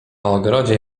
ogrodzie